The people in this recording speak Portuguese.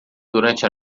durante